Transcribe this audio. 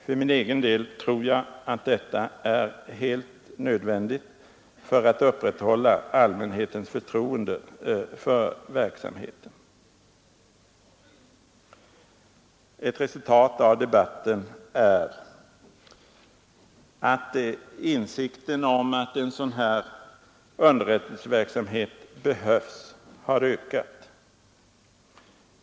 För min egen del tror jag att detta är helt nödvändigt för att upprätthålla allmänhetens förtroende för verksamheten. Ett resultat av debatten är att insikten om att en sådan här underrättelseverksamhet behövs har ökat.